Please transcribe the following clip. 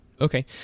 Okay